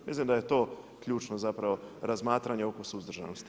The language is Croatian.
Mislim da je to ključno zapravo razmatranje oko suzdržanosti.